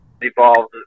evolved